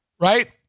Right